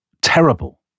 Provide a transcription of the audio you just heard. terrible